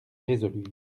résolue